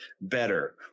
better